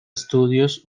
studios